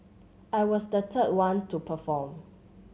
I was the third one to perform